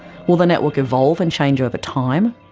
will the network evolve and change over time?